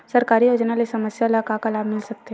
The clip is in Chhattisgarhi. सरकारी योजना ले समस्या ल का का लाभ मिल सकते?